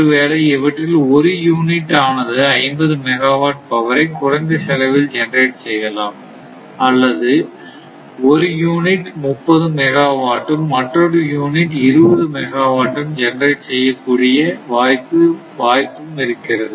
ஒருவேளை இவற்றில் ஒரு யூனிட் ஆனது 50 மெகாவாட் பவரை குறைந்த செலவில் ஜெனரேட் செய்யலாம் அல்லது ஒரு யூனிட் 30 மெகாவாட்டும் மற்றொரு யூனிட் 20 மெகாவாட்டும் ஜெனரேட் செய்யக் கூட வாய்ப்பு இருக்கிறது